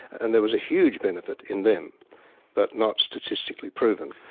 and there was a huge benefit in them but not statistically proven.